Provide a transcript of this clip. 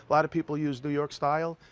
lot of people use new york style,